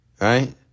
Right